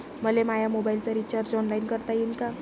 मले माया मोबाईलचा रिचार्ज ऑनलाईन करता येईन का?